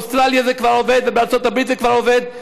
באוסטרליה זה כבר עבוד ובארצות הברית זה כבר עובד,